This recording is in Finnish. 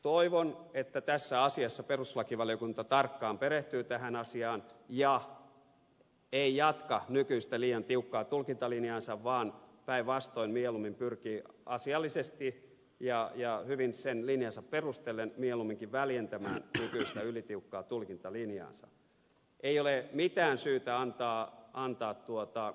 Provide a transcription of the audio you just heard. toivon että tässä asiassa perustuslakivaliokunta tarkkaan perehtyy tähän asiaan ja ei jatka nykyistä liian tiukkaa tulkintalinjaansa vaan päinvastoin mieluummin pyrkii asiallisesti ja hyvin sen linjansa perustellen mieluumminkin väljentämään nykyistä ylitiukkaa tulkintalinjaansa ei ole mitään syytä antaa vääntää tuota